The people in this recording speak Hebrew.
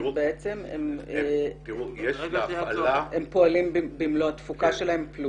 הם פועלים במלוא התפוקה שלהם פלוס.